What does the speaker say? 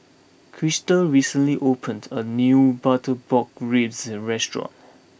Crysta recently opened a new Butter Pork Ribs restaurant